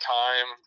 time